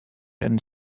and